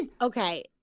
Okay